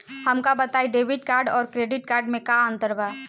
हमका बताई debit card और क्रेडिट कार्ड में का अंतर बा?